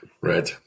red